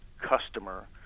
customer